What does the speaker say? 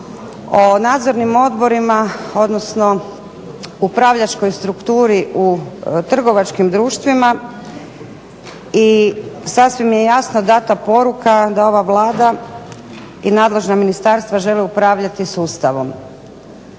o nadzornim odborima odnosno upravljačkoj strukturi u trgovačkim društvima i sasvim je jasno dana poruka da ova Vlada i nadležna ministarstva žele upravljati sustavom.